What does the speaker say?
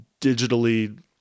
digitally